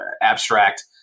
abstract